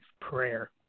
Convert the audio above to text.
prayer